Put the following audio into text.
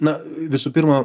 na visų pirma